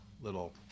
little